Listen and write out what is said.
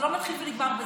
זה לא מתחיל ונגמר בזה.